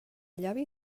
llavi